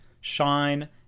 shine